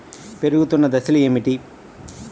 పెరుగుతున్న దశలు ఏమిటి?